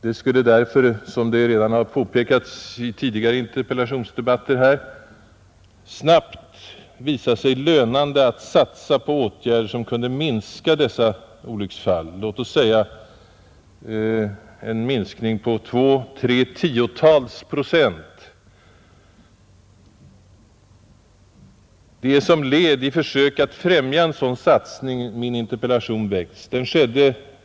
Det skulle därför, som redan påpekats i tidigare interpellationsdebatter, snabbt visa sig lönande att satsa på åtgärder som kunde minska dessa olycksfall, låt oss säga med 20—30 procent. Det är som ett led i försöken att främja en sådan satsning min interpellation väckts.